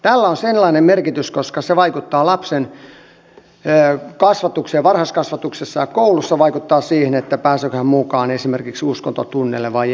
tällä on sellainen merkitys että se vaikuttaa lapsen kasvatukseen varhaiskasvatuksessa ja koulussa se vaikuttaa siihen pääseekö hän mukaan esimerkiksi uskontotunneille vai ei